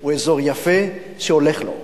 הוא אזור יפה שהולך לו.